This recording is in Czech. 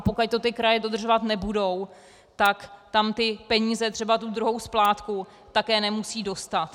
Pokud to kraje dodržovat nebudou, tak tam peníze, třeba tu druhou splátku, také nemusí dostat.